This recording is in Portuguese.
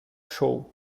show